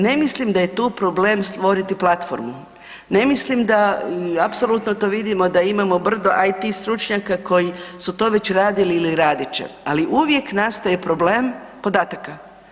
Ne mislim da je tu problem stvoriti platformu, ne mislim, apsolutno to vidimo da imamo brdo IP stručnjaka koji su to već radili ili radit će, ali uvijek nastaje problem podataka.